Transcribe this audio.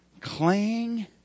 Cling